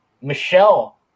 Michelle